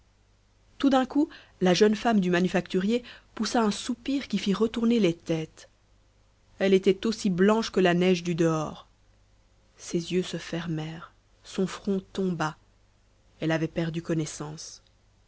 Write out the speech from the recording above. tout d'un coup la jeune femme du manufacturier poussa un soupir qui fit retourner les têtes elle était aussi blanche que la neige du dehors ses yeux se fermèrent son front tomba elle avait perdu connaissance